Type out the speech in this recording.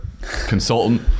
consultant